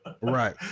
Right